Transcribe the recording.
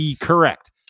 Correct